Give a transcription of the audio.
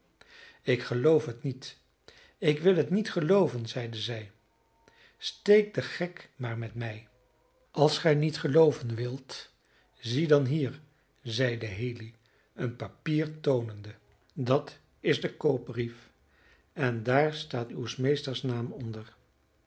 ik geloof het niet ik wil het niet gelooven zeide zij steek den gek maar met mij als gij niet gelooven wilt zie dan hier zeide haley een papier toonende dat is de koopbrief en daar staat uws meesters naam onder